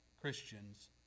Christians